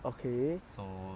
okay